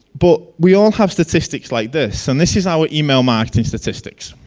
but we all have statistics like this and this is our email marketing statistics.